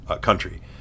country